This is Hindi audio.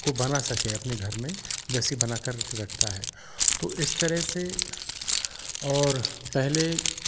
को बना सके अपने घर में वैसे ही बना कर रखता है तो इस तरह से और पहले